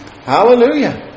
Hallelujah